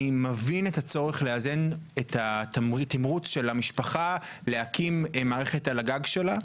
אני מבין את הצורך לאזן את התמרוץ של המשפחה להקים מערכת על הגג שלה,